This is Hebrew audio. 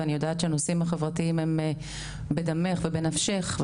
ואני יודעת שהנושאים החברתיים הם בדמך ובנפשך.